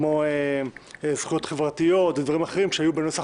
כמו זכויות חברתיות ודברים אחרים שהיו בנוסח